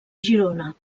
girona